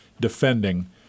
defending